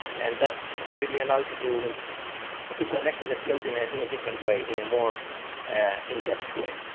and that really allows you to to connect with a field in ah in a different way, in a more in-depth way